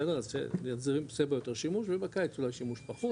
בחורף יותר שימוש ובקיץ אולי שימוש פחות,